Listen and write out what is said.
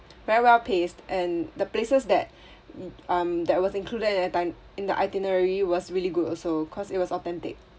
very well paced and the places that um that was included in the time in the itinerary was really good also cause it was authentic